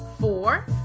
four